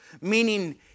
meaning